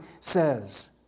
says